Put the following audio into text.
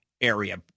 area